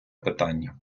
питання